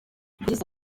yagize